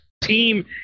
team